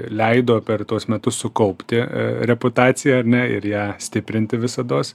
leido per tuos metus sukaupti reputaciją ir ją stiprinti visados